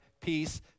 peace